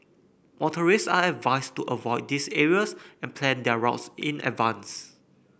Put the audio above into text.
motorist are advised to avoid these areas and plan their routes in advance